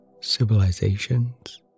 civilizations